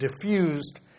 diffused